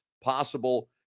possible